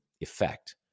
effect